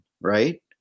right